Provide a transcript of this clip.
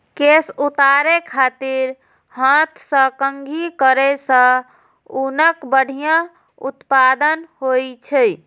केश उतारै खातिर हाथ सं कंघी करै सं ऊनक बढ़िया उत्पादन होइ छै